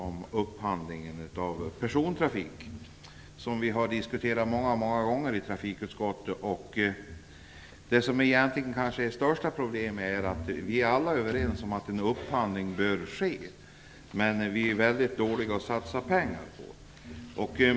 Vi har många gånger diskuterat upphandlingen av persontrafik. Vi är egentligen alla överens om att en upphandling bör ske. Men vi är väldigt dåliga på att satsa pengar på en sådan.